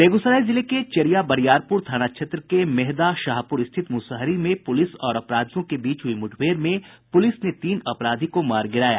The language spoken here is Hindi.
बेगूसराय जिले के चेरियाबरियारपुर थाना क्षेत्र के मेहदा शाहपुर स्थित मुसहरी में पुलिस और अपराधियों के बीच हुई मुठभेड़ में पुलिस ने तीन अपराधी को मार गिराया